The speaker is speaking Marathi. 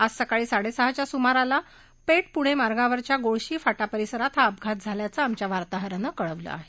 आज सकाळी साडेसहाच्या सुमाराला पेठ पुणे मार्गावरच्या गोळशी फाटा परिसरात हा अपघात झाल्याचं आमच्या वार्ताहरानं कळवलं आहे